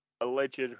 alleged